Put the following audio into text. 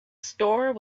store